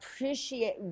appreciate